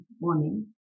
morning